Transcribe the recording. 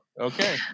Okay